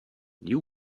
you